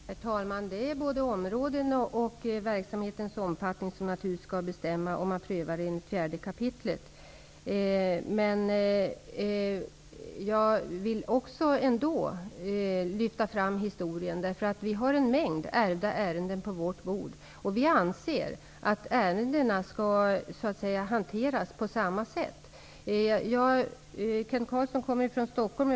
Herr talman! Naturligtvis är det både området och verksamhetens omfattning som avgör om man prövar enligt 4 kap. Jag vill ändå lyfta fram den historiska bakgrunden. Vi har nämligen en mängd ärvda ärenden på vårt bord, och vi anser att ärendena skall hanteras på samma sätt. Kent Carlsson kommer från Stockholm.